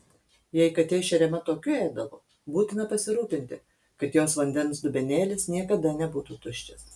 jei katė šeriama tokiu ėdalu būtina pasirūpinti kad jos vandens dubenėlis niekada nebūtų tuščias